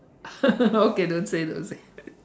okay don't say don't say